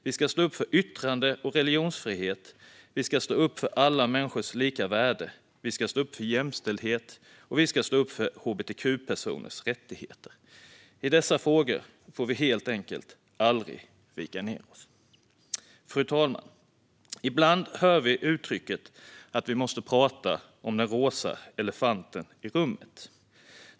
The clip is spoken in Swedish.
Vi ska stå upp för yttrande och religionsfrihet, vi ska stå upp för alla människors lika värde och vi ska stå upp för jämställdhet och hbtq-personers rättigheter. I dessa frågor får vi helt enkelt aldrig vika ned oss. Fru talman! Ibland hör vi uttrycket att vi måste prata om den rosa elefanten i rummet.